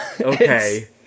Okay